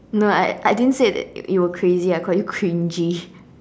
no I I didn't say that you were crazy I called you cringey